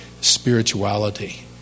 spirituality